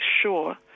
sure